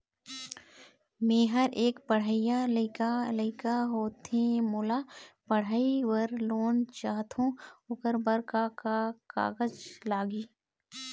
मेहर एक पढ़इया लइका लइका होथे मोला पढ़ई बर लोन चाहथों ओकर बर का का कागज लगही?